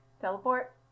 teleport